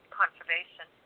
conservation